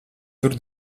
tur